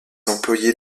employés